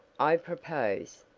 i propose,